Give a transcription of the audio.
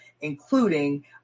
including